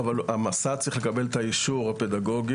אבל המסע צריך לקבל את האישור הפדגוגי,